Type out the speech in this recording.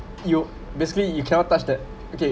you basically you cannot touch that okay